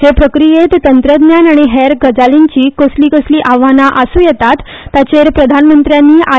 हे प्रक्रियेत तंत्रज्ञान आनी हेर गजालींची कसली कसली आव्हानां आसुं येतात ताचेर प्रधानमंत्र्यांनी आय